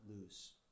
lose